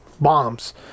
bombs